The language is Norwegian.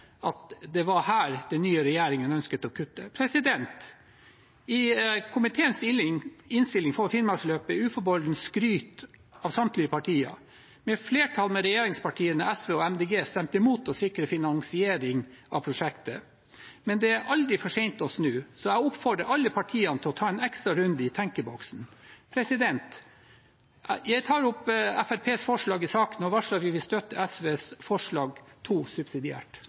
at det var her den nye regjeringen ønsket å kutte. I en komiteens innstilling får Finnmarksløpet uforbeholden skryte av samtlige partier. Et flertall bestående av regjeringspartiene, SV og Miljøpartiet De Grønne stemmer imot å sikre finansiering av prosjektet, men det er aldri for sent å snu. Så jeg oppfordrer alle partiene til å ta en ekstra runde i tenkeboksen. Jeg tar opp forslaget som Fremskrittspartiets er med på, og varsler at vi subsidiært vil støtte forslag